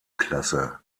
klasse